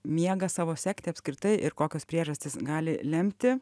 miegą savo sekti apskritai ir kokios priežastys gali lemti